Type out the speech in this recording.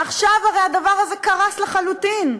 עכשיו הרי הדבר הזה קרס לחלוטין.